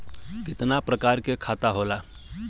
कितना प्रकार के खाता होला?